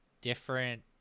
different